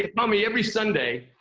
you know me every sunday,